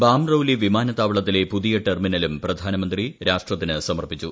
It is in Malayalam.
ബാമ്റൌലി വിമാനത്താവളത്തിലെ പുതിയ ടെർമിനലും പ്രധാനമന്ത്രി രാഷ്ട്രത്തിന് സമർപ്പിച്ചു